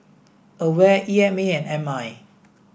AWARE E M A and M I